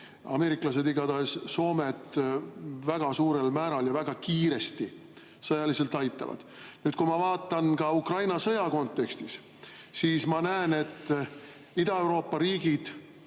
ameeriklased igatahes Soomet väga suurel määral ja väga kiiresti sõjaliselt aitavad. Kui ma vaatan ka Ukraina sõja kontekstis, siis ma näen, et Ida-Euroopa riigid,